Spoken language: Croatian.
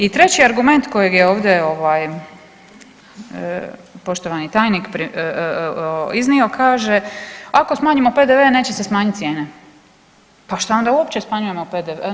I treći argument kojeg je ovdje poštovani tajnik iznio kaže: „Ako smanjimo PDV-e neće se smanjiti cijene.“ Pa što onda uopće smanjujemo PDV-e?